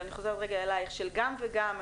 של גם וגם,